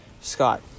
Scott